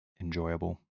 enjoyable